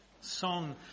song